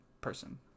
person